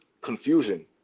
confusion